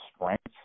strength